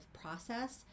process